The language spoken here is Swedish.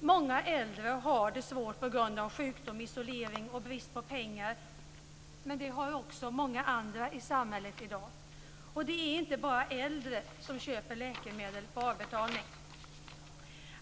Många äldre har det svårt på grund av sjukdom, isolering och brist på pengar, men det har också många andra i samhället i dag. Och det är inte bara äldre som köper läkemedel på avbetalning.